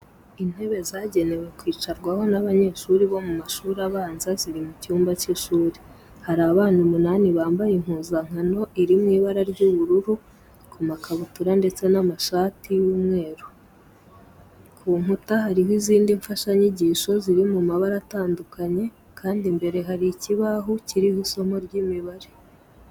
Intebe zagenewe kwicarwaho n'abanyeshuri bo mu mashuri abanza ziri mu cyumba cy'ishuri. Hari abana umunani bambaye impuzankano iri mu ibara ry'ubururu ku makabutura ndetse n'amashati y'umweru. Ku nkuta hariho izindi mfashanyigisho ziri mu mabara atandukanye kandi imbere hari ikibaho kiriho isomo ry'imibare.